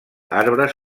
arbres